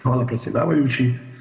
Hvala predsjedavajući.